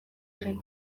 egin